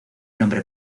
nombre